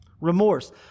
Remorse